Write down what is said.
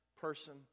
person